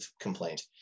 complaint